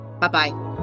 Bye-bye